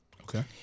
Okay